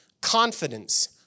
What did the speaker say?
confidence